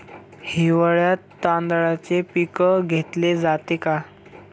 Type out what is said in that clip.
हिवाळ्यात तांदळाचे पीक घेतले जाते का?